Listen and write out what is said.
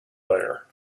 there